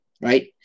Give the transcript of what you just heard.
Right